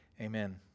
Amen